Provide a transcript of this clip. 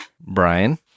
brian